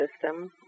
system